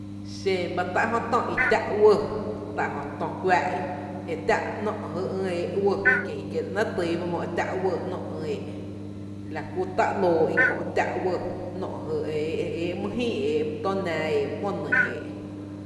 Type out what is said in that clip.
Xen bá tá’ jö tö i tⱥ’ uɇɇ: tá’ jö tö kuⱥⱥ’ i e tⱥ’ ‘nóó’ jy e ÿ éé’ uɇɇ, kie (hesitatioin) kie la ‘néé’ týý ba jö e tá’ uɇɇ ÿ éé’, la kú tá’ ‘lóó i kö’ i tá’ uɇɇ ‘nó’ jy e éé’, eé mý jïï’ éé’ mi tó’ nⱥⱥ éé’ mý ‘mó nyy’ éé’.